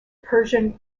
persian